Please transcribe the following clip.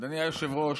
אדוני היושב-ראש,